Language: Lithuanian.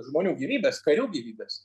žmonių gyvybes karių gyvybes